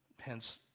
Hence